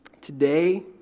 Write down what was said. today